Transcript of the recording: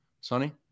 Sonny